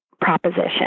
proposition